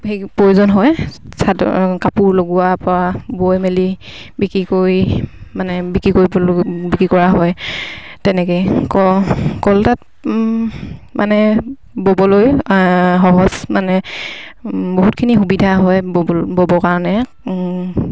সেই প্ৰয়োজন হয় চাদৰ কাপোৰ লগোৱা পৰা বৈ মেলি বিক্ৰী কৰি মানে বিক্ৰী কৰিব বিক্ৰী কৰা হয় তেনেকেই মানে ব'বলৈ সহজ মানে বহুতখিনি সুবিধা হয় ব'ব ব'বৰ কাৰণে